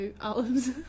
olives